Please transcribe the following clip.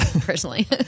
personally